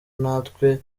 natwe